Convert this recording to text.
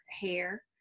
hair